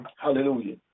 Hallelujah